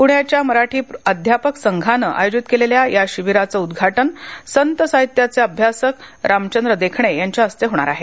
पुण्याच्या मराठी अध्यापक संघाने आयोजित केलेल्या या शिबिराचे उद्घाटन संत साहित्याचे अभ्यासक रामचंद्र देखणे यांच्या हस्ते होणार आहे